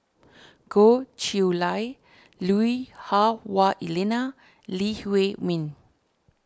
Goh Chiew Lye Lui Hah Wah Elena Lee Huei Min